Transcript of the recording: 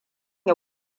ya